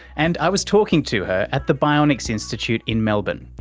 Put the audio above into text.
and i was talking to her at the bionics institute in melbourne,